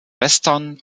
western